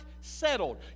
settled